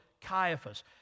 Caiaphas